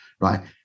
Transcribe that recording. right